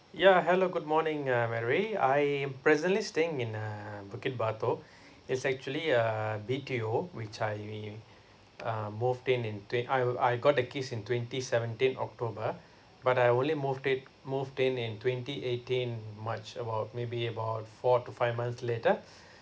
yeah hello good morning uh mary I presently staying in uh bukit batok it's actually a B_T_O which I um moved in in twen~ I I got the keys in twenty seventeen october but I only moved it moved in in twenty eighteen march about maybe about four to five months later